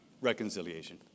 reconciliation